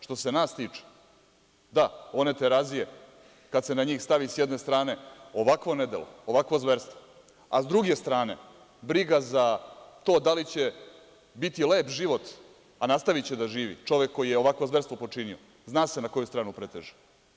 Što se nas tiče, da, one terazije, kad se na njih stavi s jedne strane ovakvo nedelo, ovakvo zverstvo, a s druge strane briga za to da li će biti lep život, a nastaviće da živi, čovek koji je ovakvo zverstvo počinio, zna se na koju stranu preteže.